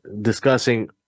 discussing